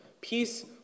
peace